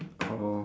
oh